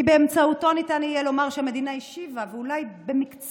כי באמצעותו ניתן יהיה לומר שהמדינה השיבה ולו במקצת